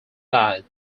guide